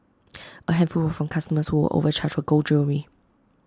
A handful were from customers who were overcharged for gold jewellery